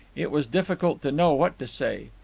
it was difficult to know what to say.